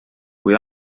kui